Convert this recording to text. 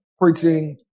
preaching